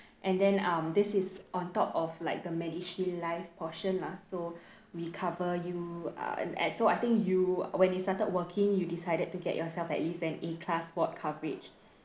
and then um this is on top of like the MediShield Life portion lah so we cover you uh and and so I think you when you started working you decided to get yourself at least an A class ward coverage